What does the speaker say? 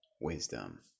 wisdom